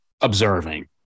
observing